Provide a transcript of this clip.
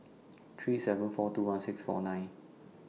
three seven four two one six four nine